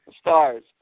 Stars